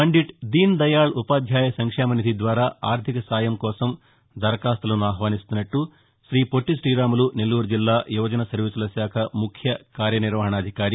పండిట్ దీన్ దయాళ్ ఉపాధ్యాయ సంక్షేమ నిధి ద్వారా ఆర్లిక సాయం కోసం దరఖాస్తులను ఆహ్వానిస్తున్నట్ల గ్రీ పొట్టి శ్రీరాములు నెల్లూరు జిల్లా యువజన సర్వీసుల శాఖ ముఖ్యకార్యనిర్వహణాధికారి